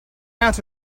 out